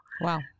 wow